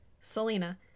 Selena